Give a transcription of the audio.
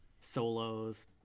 Solos